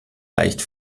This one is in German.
leicht